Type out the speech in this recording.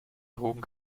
drogen